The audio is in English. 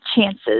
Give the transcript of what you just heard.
chances